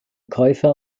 käufer